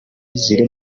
ziri